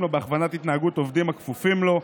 לו בהכוונת התנהגות עובדים הכפופים לו,